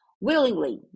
Willingly